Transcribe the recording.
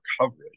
coverage